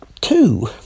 two